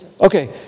okay